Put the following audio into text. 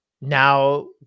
Now